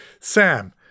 Sam